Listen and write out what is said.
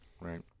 Right